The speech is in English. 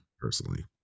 personally